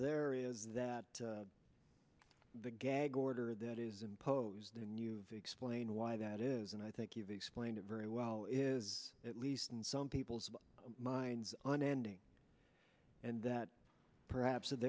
there is that the gag order that is imposed and you explain why that is and i think you've explained it very well is at least in some people's minds an ending and that perhaps